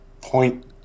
point